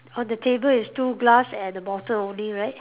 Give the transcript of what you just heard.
on the table is two glass and a bottle only right